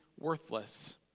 worthless